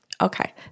Okay